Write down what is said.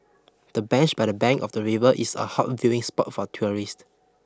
the bench by the bank of the river is a hot viewing spot for tourists